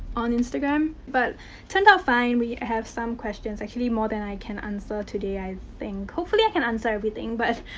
on instagram. but turned out fine. we have some questions actually, more than i can answer today. i think. hopefully, i can answer everything. but,